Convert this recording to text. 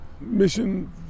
Mission